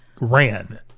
ran